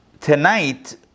tonight